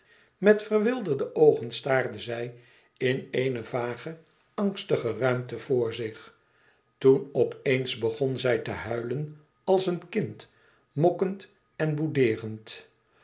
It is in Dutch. met verwilderde oogen staarde zij in eene vage angstige ruimte voor zich toen op eens begon zij te huilen als een kind mokkend en